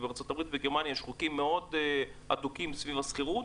ובארצות הברית וגרמניה יש חוקים מאוד אדוקים סביב השכירות,